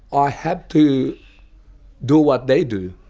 i had to do what they do,